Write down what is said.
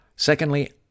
Secondly